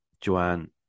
Joanne